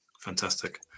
fantastic